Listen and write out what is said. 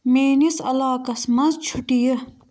میٲنِس علاقَس منٛز چھُٹیہِ